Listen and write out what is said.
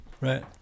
right